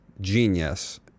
genius